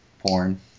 porn